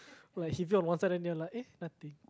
like heavy on one side then they're like eh nothing